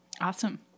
Awesome